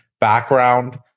background